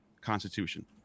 constitution